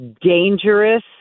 dangerous